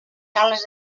sales